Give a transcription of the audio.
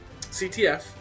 CTF